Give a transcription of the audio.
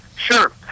Sure